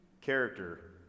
character